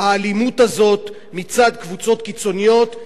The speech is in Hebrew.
האלימות הזאת מצד קבוצות קיצוניות,